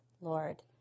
Lord